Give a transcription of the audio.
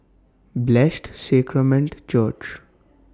Blessed Sacrament Church